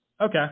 Okay